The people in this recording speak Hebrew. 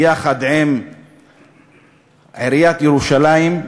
ביחד עם עיריית ירושלים,